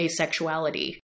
asexuality